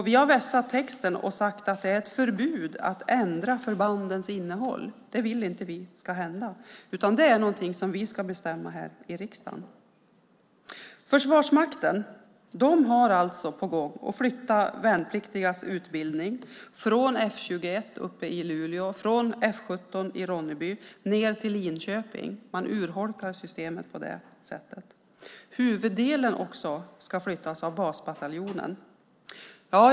Vi har vässat texten och talat om ett förbud mot att ändra förbandens innehåll; vi vill inte att det ska hända, utan det är någonting som vi här i riksdagen ska bestämma. Försvarsmakten har alltså på gång att flytta värnpliktigas utbildning från F 21 uppe i Luleå och från F 17 i Ronneby ned till Linköping. På det sättet urholkas systemet. Huvuddelen av basbataljonen ska också flyttas.